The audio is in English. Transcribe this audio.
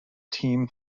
team